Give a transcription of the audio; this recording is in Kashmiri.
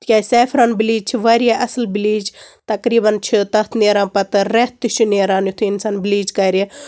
تِکیٛازِ سٮ۪فران بِلیٖچ چھِ واریاہ اصٕل بِلیٖچ تقریٖبَن چھِ تَتھ نٮ۪ران پَتہٕ ریٚتھ تہِ چھُ نٮ۪ران یِتھُے اِنسان بِلیٖچ کَرِ